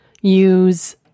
use